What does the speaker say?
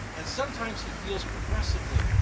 and sometimes he heals progressively,